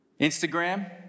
Instagram